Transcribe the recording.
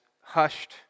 hushed